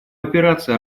операции